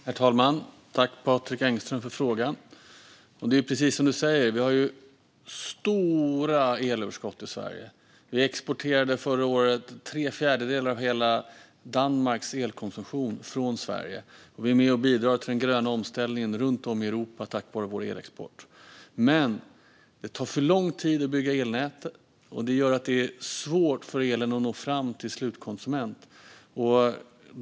Herr talman! Tack, Patrik Engström, för frågan! Det är precis som du säger. Vi har stora elöverskott i Sverige. Vi exporterade förra året tre fjärdedelar av hela Danmarks elkonsumtion från Sverige, och vi är med och bidrar till den gröna omställningen runt om i Europa tack vare vår elexport. Men det tar för lång tid att bygga elnäten, och det gör att det är svårt för elen att nå fram till slutkonsumenten.